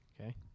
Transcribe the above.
Okay